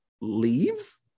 leaves